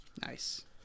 Nice